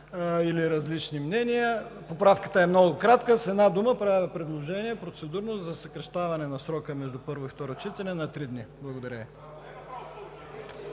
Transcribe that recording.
или различни мнения. Поправката е много кратка. С една дума, правя процедурно предложение за съкращаване на срока между първо и второ четене на три дни. Благодаря